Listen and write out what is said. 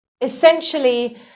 essentially